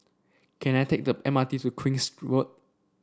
can I take the M R T to Queen's Road